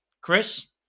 Chris